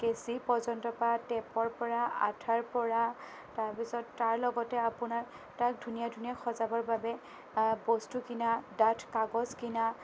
কেঁচি পৰ্যন্তৰ পৰা টেপৰ পৰা আঠাৰ পৰা তাৰপিছত তাৰ লগতে আপোনাৰ তাক ধুনীয়া ধুনীয়া সজাবৰ বাবে বস্তু কিনা ডাঠ কাগজ কিনা